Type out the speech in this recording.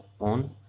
on